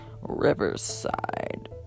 riverside